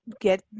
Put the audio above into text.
get